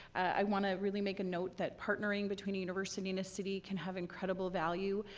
i want to really make a note that partnering between a university and a city can have incredible value,